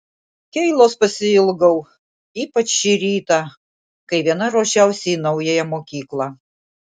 keilos pasiilgau ypač šį rytą kai viena ruošiausi į naująją mokyklą